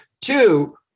Two